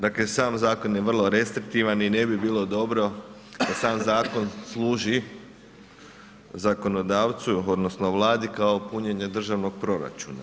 Dakle sam zakon je vrlo restriktivan i ne bi bilo dobro da sam zakon služi zakonodavcu odnosno Vladi kao punjenje državnog proračuna.